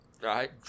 Right